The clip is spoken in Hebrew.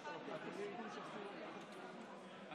לוועדת הכנסת לצורך קביעת הוועדות לדיון